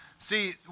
See